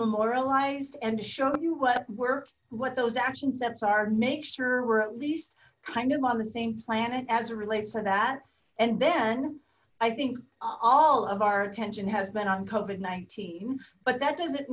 memorialized and show you what work what those action steps are make sure we're at least kind of on the same planet as a relates to that and then i think all of our attention has been uncovered nineteen but that doesn't